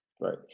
Right